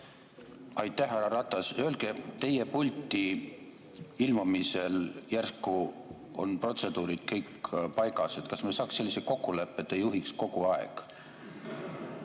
Aitäh, härra Ratas! Teie pulti ilmumisel järsku on protseduurid kõik paigas. Kas me saaks sellise kokkuleppe, et te juhiks kogu aeg?